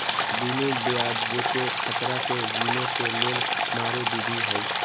बिनु ब्याजकें खतरा के गिने के लेल मारे विधी हइ